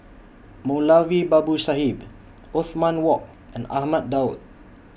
Moulavi Babu Sahib Othman Wok and Ahmad Daud